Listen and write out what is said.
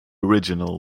original